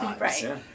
Right